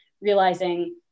realizing